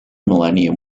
millennium